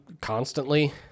constantly